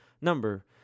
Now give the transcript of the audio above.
number